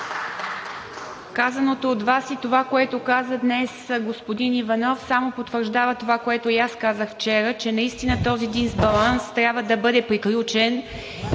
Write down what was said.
Казаното от Вас, и това, което каза днес господин Иванов, само потвърждава това, което и аз казах вчера, че наистина този дисбаланс трябва да бъде приключен